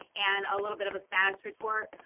and a little bit of a status reports,